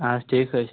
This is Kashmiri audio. آچھ ٹھیٖک حظ چھُ